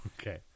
okay